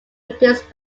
reduce